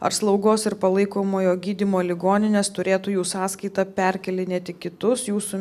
ar slaugos ir palaikomojo gydymo ligoninės turėtų jų sąskaita perkėlinėti kitus jūsų